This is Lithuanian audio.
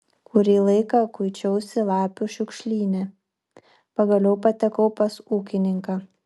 kurį laiką kuičiausi lapių šiukšlyne pagaliau patekau pas ūkininką